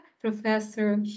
Professor